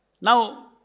Now